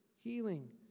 healing